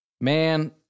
Man